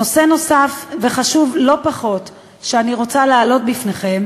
נושא נוסף וחשוב לא פחות שאני רוצה להעלות בפניכם